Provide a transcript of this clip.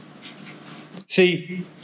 See